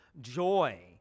joy